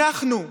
אנחנו,